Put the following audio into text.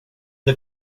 det